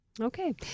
Okay